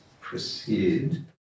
proceed